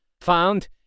found